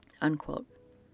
unquote